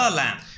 lamp